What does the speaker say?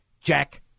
Jack